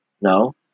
No